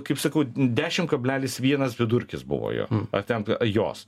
kaip sakau dešim kablelis vienas vidurkis buvo jo ar ten jos